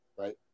Right